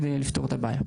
על מנת לפתור את הבעיה.